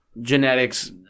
genetics